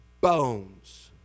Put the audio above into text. bones